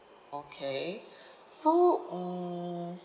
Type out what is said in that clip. okay so mm